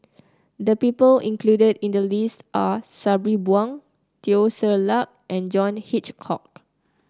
the people included in the list are Sabri Buang Teo Ser Luck and John Hitchcock